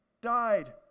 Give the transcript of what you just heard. died